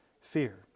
fear